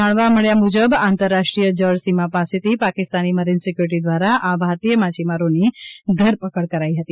જાણવા મળ્યા મુજબ આંતર રાષ્ટ્રીય જળ સીમા પાસેથી પાકિસ્તાની મરીન સિક્યુરિટી દ્વારા આ ભારતીય માછીમારોની ધરપકડ કરાઇ હતી